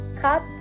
cut